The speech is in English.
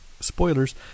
Spoilers